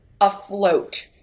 afloat